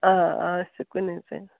آ آ أسۍ چھِ کُنی زٔنۍ